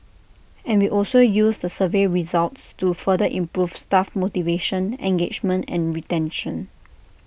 and we also use the survey results to further improve staff motivation engagement and retention